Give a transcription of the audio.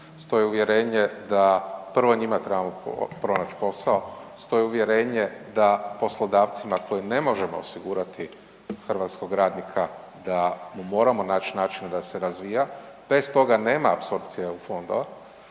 stoji uvjerenje da prvo njima trebamo pronaći posao, stoji uvjerenje da poslodavcima kojima ne možemo osigurati hrvatskog radnika, da mu moramo naći načina da se razvija, bez toga nema apsorpcije u fondove,